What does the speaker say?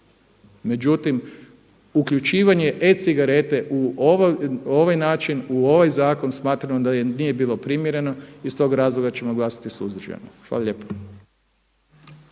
Međutim, uključivanje e-cigarete u ovaj način, u ovaj zakon smatramo da nije bilo primjereno i iz tog razloga ćemo glasati suzdržano. Hvala lijepo.